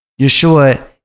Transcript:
Yeshua